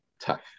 tough